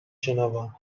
شنوم